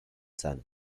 cenę